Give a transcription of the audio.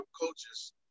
coaches